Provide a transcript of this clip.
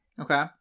okay